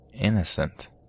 Innocent